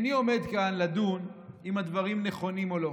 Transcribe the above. איני עומד כאן לדון בשאלה אם הדברים נכונים או לא.